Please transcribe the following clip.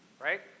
right